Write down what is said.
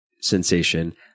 sensation